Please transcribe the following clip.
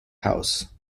house